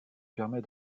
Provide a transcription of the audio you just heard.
permet